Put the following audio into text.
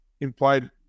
implied